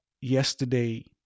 yesterday